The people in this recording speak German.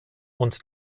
und